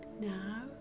Now